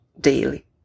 daily